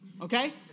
Okay